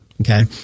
Okay